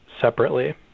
separately